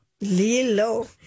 Lilo